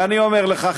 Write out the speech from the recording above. ואני אומר לך,